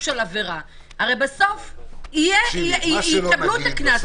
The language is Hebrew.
של עבירה הרי בסוף יקבלו את הקנס,